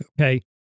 okay